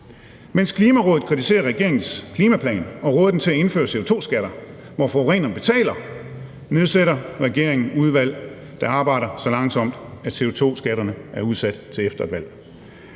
Mens Klimarådet kritisere regeringens klimaplan og råder den til at indføre CO2-skatter, hvor forureneren betaler, nedsætter regeringen et udvalg, der arbejder så langsomt, at CO2-skatterne er udsat til efter et valg.